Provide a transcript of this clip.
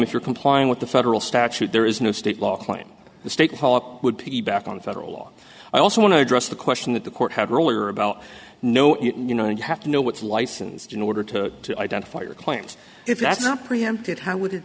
if you're complying with the federal statute there is no state law point the state would be back on federal law i also want to address the question that the court had earlier about know what you know and you have to know what's licensed in order to identify your claims if that's not preempted how would it